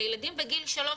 ילדים בגיל שלוש,